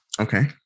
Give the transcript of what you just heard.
Okay